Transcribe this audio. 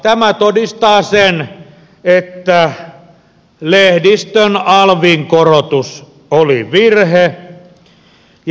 tämä todistaa sen että lehdistön alvin korotus oli virhe